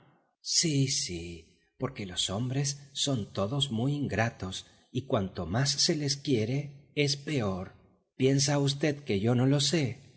sí sí porque los hombres son todos muy ingratos y cuanto más se les quiere es peor piensa v que yo no lo sé